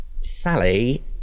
Sally